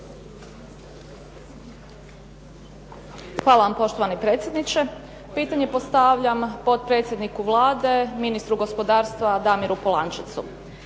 Hvala vam poštovani predsjedniče. Pitanje postavljam potpredsjedniku Vlade, ministru gospodarstva Damiru Polančecu.